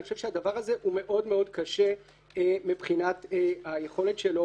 אני חושב שהדבר הזה הוא מאוד מאוד קשה מבחינת היכולת שלו